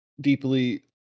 deeply